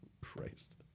Christ